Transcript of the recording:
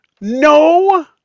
no